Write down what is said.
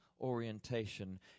orientation